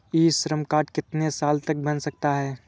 ई Shram card कितने साल तक बन सकता है?